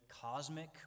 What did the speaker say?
cosmic